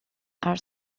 are